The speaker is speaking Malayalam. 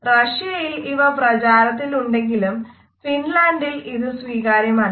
റഷ്യയിൽ ഇവ പ്രചാരത്തിലുണ്ടെങ്കിലും ഫിൻലൻഡിൽ ഇത് സ്വീകാര്യമല്ല